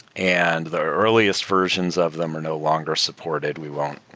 and the earliest versions of them are no longer supported. we won't